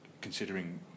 considering